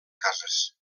cases